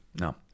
No